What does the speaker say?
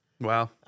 Wow